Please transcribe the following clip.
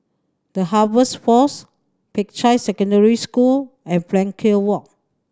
The Harvest Force Peicai Secondary School and Frankel Walk